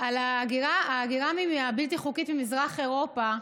ההגירה הבלתי-חוקית ממזרח אירופה,